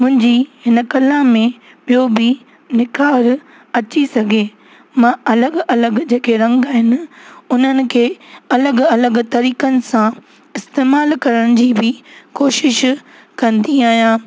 मुंहिंजी हिन कला में ॿियो बि निखारु अची सघे मां अलॻि अलॻि जेके रंग आहिनि उन्हनि खे अलॻि अलॻि तरीक़नि सां इस्तेमाल करण जी बि कोशिश कंदी आहियां